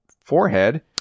forehead